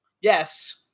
Yes